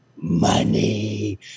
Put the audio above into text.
Money